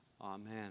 Amen